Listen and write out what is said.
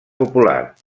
popular